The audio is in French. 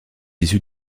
issu